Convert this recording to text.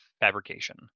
fabrication